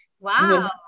wow